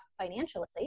financially